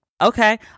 Okay